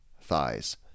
thighs